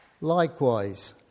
Likewise